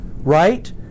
right